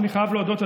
אני חייב להודות,